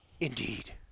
Indeed